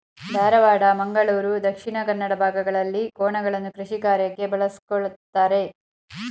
ಧಾರವಾಡ, ಮಂಗಳೂರು ದಕ್ಷಿಣ ಕನ್ನಡ ಭಾಗಗಳಲ್ಲಿ ಕೋಣಗಳನ್ನು ಕೃಷಿಕಾರ್ಯಕ್ಕೆ ಬಳಸ್ಕೊಳತರೆ